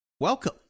Welcome